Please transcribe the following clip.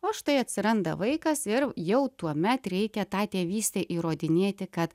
o štai atsiranda vaikas ir jau tuomet reikia tą tėvystę įrodinėti kad